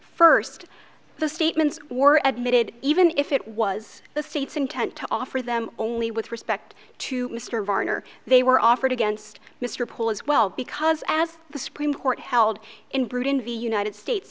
first the statements were admitted even if it was the state's intent to offer them only with respect to mr garner they were offered against mr pool as well because as the supreme court held in britain v united states